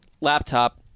laptop